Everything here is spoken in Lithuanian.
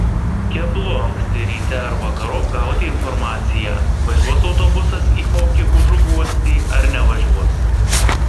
keblu anksti ryte ar vakarop gauti informaciją važiuos autobusas į kokį užuguostį ar nevažiuos